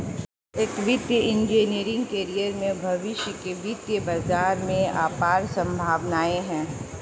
एक वित्तीय engineering career में भविष्य के वित्तीय बाजार में अपार संभावनाएं हैं